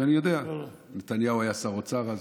ואני יודע, נתניהו היה שר אוצר אז,